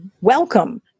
welcome